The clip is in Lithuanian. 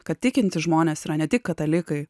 kad tikintys žmonės yra ne tik katalikai